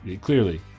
Clearly